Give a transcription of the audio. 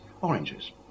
oranges